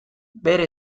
bere